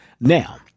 Now